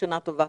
שנה טובה.